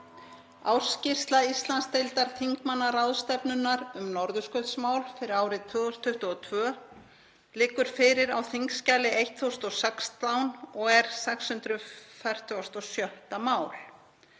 Ársskýrsla Íslandsdeildar þingmannaráðstefnunnar um norðurskautsmál fyrir árið 2022 liggur fyrir á þskj. 1016 og er 646. mál.